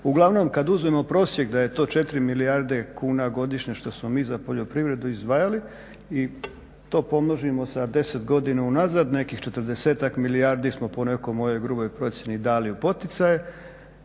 Uglavnom kad uzmemo prosjek da je to 4 milijarde kuna godišnje što smo mi za poljoprivredu izdvajali i to pomnožimo sa 10 godina unazad nekih 40-tak milijardi smo po nekoj mojoj gruboj procjeni dali u poticaj.